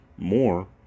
more